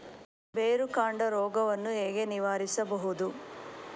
ಬೇರುಕಾಂಡ ರೋಗವನ್ನು ಹೇಗೆ ನಿರ್ವಹಿಸಬಹುದು?